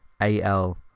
A-L